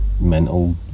mental